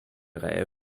reihe